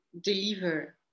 deliver